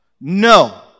No